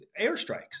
airstrikes